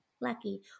lucky